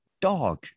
dog